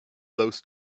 those